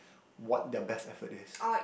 what their best effort is